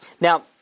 Now